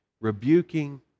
rebuking